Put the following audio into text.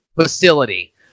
facility